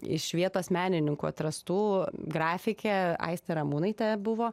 iš vietos menininkų atrastų grafikė aistė ramūnaitė buvo